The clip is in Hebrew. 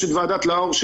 יש את ועדת לאור.